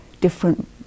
different